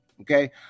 Okay